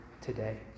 today